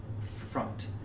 front